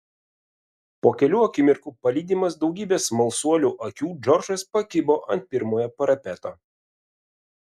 po kelių akimirkų palydimas daugybės smalsuolių akių džordžas pakibo ant pirmojo parapeto